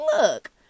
look